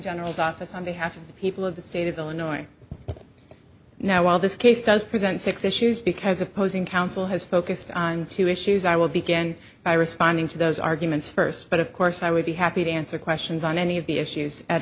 general's office on behalf of people of the state of illinois now while this case does present six issues because opposing counsel has focused on two issues i will begin by responding to those arguments first but of course i would be happy to answer questions on any of the issues at